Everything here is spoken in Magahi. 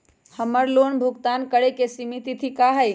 हमर लोन भुगतान करे के सिमित तिथि का हई?